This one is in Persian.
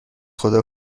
خدا